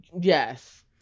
Yes